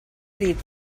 dit